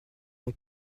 non